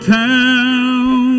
town